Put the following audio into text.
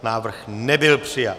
Návrh nebyl přijat.